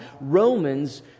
Romans